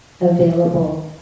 available